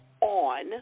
on